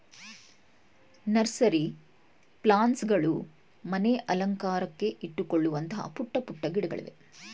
nursery plants ಗಳು ಮನೆ ಅಲಂಕಾರಕ್ಕೆ ಇಟ್ಟುಕೊಳ್ಳುವಂತಹ ಪುಟ್ಟ ಪುಟ್ಟ ಗಿಡಗಳಿವೆ